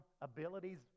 abilities